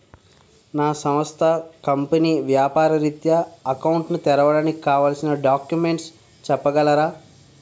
నా సంస్థ కంపెనీ వ్యాపార రిత్య అకౌంట్ ను తెరవడానికి కావాల్సిన డాక్యుమెంట్స్ చెప్పగలరా?